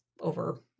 over